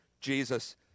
Jesus